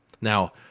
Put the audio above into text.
Now